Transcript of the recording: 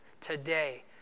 today